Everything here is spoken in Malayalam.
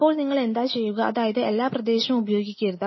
അപ്പോൾ നിങ്ങൾ എന്താ ചെയ്യുക അതായത് എല്ലാ പ്രദേശവും ഉപയോഗിക്കരുത്